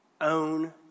own